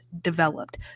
developed